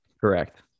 Correct